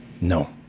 No